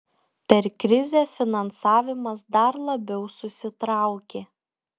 per krizę finansavimas dar labiau susitraukė